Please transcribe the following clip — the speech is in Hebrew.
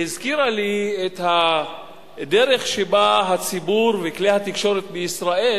שהזכירה לי את הדרך שבה הציבור וכלי התקשורת בישראל